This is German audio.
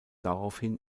daraufhin